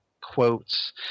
quotes